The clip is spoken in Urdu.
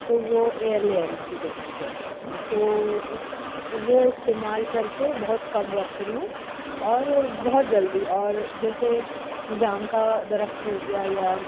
تو وہ ایئر لیئرنگ کی ٹیکنیک ہے تو اُس وہ استعمال کر کے بہت کم وقت میں اور بہت جلدی اور جیسے جام کا درخت ہوگیا یا